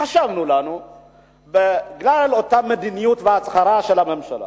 חשבנו שבגלל אותה הצהרה ומדיניות של הממשלה